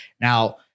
Now